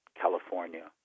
California